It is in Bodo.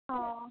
अ